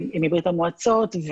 מברית המועצות,